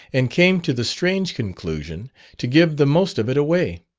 and came to the strange conclusion to give the most of it away.